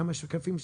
כמה שקפים?